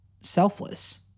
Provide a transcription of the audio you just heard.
selfless